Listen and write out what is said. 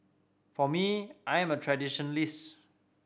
for me I am a traditionalist